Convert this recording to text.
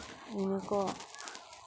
ᱱᱤᱭᱟᱹ ᱠᱚ